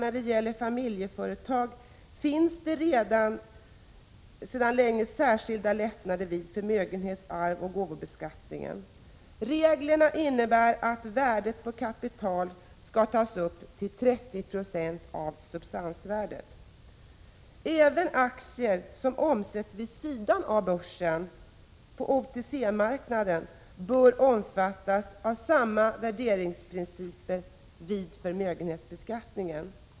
När det gäller familjeföretag finns det sedan länge särskilda lättnader vid förmögenhets-, arvsoch gåvobeskattningen. Reglerna innebär att värdet på kapitalet skall tas upp till 30 96 av substansvärdet. Även aktier som omsätts vid sidan av börsen bl.a. på OTC-marknaden bör omfattas av samma värderingsprinciper vid förmögenhetsbeskattning.